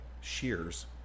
shears